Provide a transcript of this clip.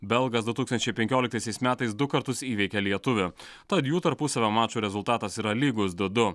belgas du tūkstančiai penkioliktaisiais metais du kartus įveikė lietuvį tad jų tarpusavio mačo rezultatas yra lygus du du